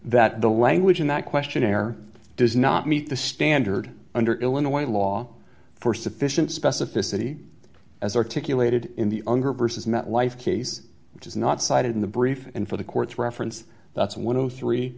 that the language in that questionnaire does not meet the standard under illinois law for sufficient specificity as articulated in the unger vs met life case which is not cited in the brief and for the court's reference that's one of the three